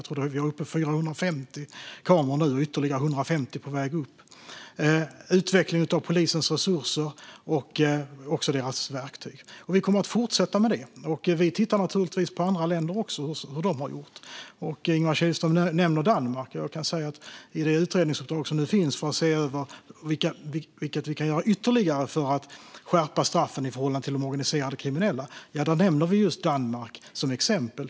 Jag tror att vi är uppe i 450 kameror nu, och ytterligare 150 är på väg upp. Det handlar om utvecklingen av polisens resurser och även om deras verktyg. Vi kommer att fortsätta med detta, och vi tittar naturligtvis också på andra länder och hur de har gjort. Ingemar Kihlström nämner Danmark. I det utredningsuppdrag som nu finns för att se över vad vi kan göra ytterligare för att skärpa straffen i förhållande till de organiserade kriminella nämner vi just Danmark som exempel.